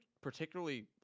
particularly